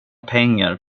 pengar